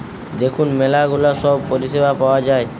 দেখুন ম্যালা গুলা সব পরিষেবা পাওয়া যায়